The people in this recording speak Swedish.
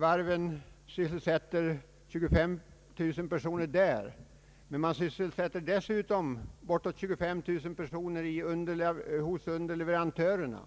Varven sysselsätter dock 25000 personer på de platserna och dessutom bortåt 25 000 personer hos underleverantörerna.